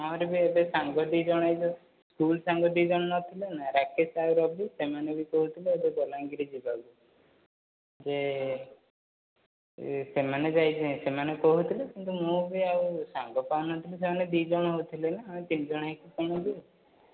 ମୋର ବି ଏବେ ସାଙ୍ଗ ଦି ଜଣ ଏବେ ସ୍କୁଲ୍ ସାଙ୍ଗ ଦୁଇ ଜଣ ନଥିଲେ ନା ରାକେଶ ଆଉ ରବି ସେମାନେ ବି କହୁଥିଲେ ଏବେ ବଲାଙ୍ଗୀର ଯିବାକୁ ଯେ ସେମାନେ କହୁଥିଲେ କିନ୍ତୁ ମୁଁ ବି ଆଉ ସାଙ୍ଗ ପାଉନଥିଲି ସେମାନେ ଦୁଇ ଜଣ ଥିଲେ ନା ଆମେ ତିନି ଜଣ ଏକା କ'ଣ ଆଉ ଯିବୁ